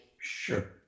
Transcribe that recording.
sure